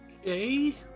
Okay